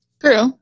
True